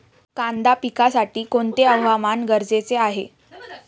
कांदा पिकासाठी कोणते हवामान गरजेचे आहे?